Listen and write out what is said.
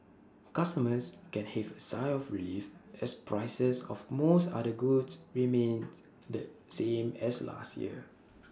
customers can heave A sigh of relief as prices of most other goods remained the same as last year's